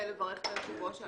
מדבר על מי